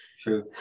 True